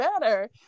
better